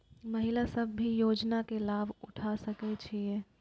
महिला सब भी योजना के लाभ उठा सके छिईय?